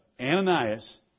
Ananias